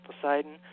Poseidon